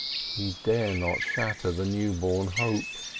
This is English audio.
he dare not shatter the newborn hope.